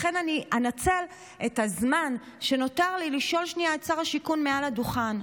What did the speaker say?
לכן אני אנצל את הזמן שנותר לי לשאול שנייה את שר השיכון מעל הדוכן: